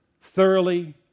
Thoroughly